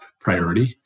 priority